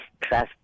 trust